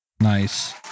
Nice